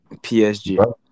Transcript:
PSG